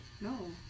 No